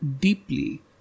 deeply